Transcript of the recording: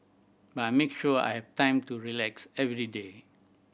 but I make sure I have time to relax every day